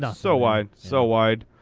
so wide. so wide.